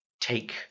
take